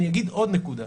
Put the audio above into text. אני אגיד עוד נקודה,